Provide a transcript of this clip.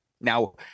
Now